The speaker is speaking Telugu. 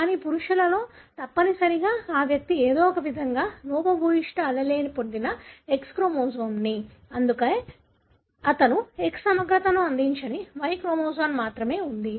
కానీ పురుషుల విషయంలో తప్పనిసరిగా ఆ వ్యక్తి ఏదో ఒకవిధంగా లోపభూయిష్ట allele పొందిన X క్రోమోజోమ్ని అందుకుంటే అతను X సమగ్రతను అందించని Y క్రోమోజోమ్ మాత్రమే ఉంది